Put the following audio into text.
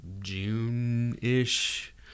June-ish